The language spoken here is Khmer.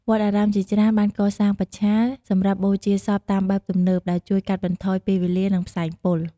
វត្តអារាមជាច្រើនបានកសាងបច្ឆាសម្រាប់បូជាសពតាមបែបទំនើប ដែលជួយកាត់បន្ថយពេលវេលា និងផ្សែងពុល។